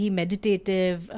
meditative